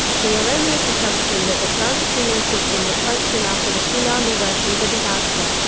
the erroneous assumption that the plant's cooling system would function after the tsunami worsened the disaster.